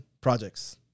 projects